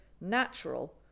natural